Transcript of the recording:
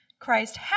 Christ